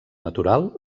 natural